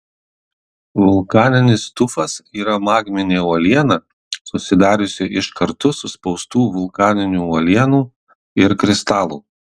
vulkaninis tufas yra magminė uoliena susidariusi iš kartu suspaustų vulkaninių uolienų ir kristalų